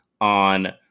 on